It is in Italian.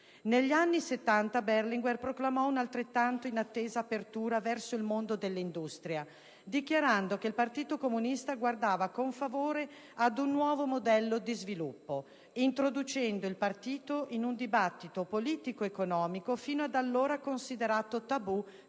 Negli anni Settanta Berlinguer proclamò un'altrettanto inattesa apertura verso il mondo dell'industria, dichiarando che il Partito Comunista guardava con favore ad un nuovo modello di sviluppo, introducendo il partito in un dibattito politico economico fino ad allora considerato tabù per i